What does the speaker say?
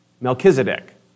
Melchizedek